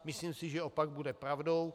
Myslím si, že opak bude pravdou.